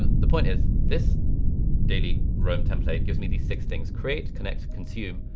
and the point is this daily roam template gives me these six things, create, connect, consume